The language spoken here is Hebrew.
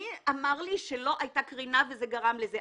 מי יכול לומר לי שלא הייתה קרינה שגרמה לזה?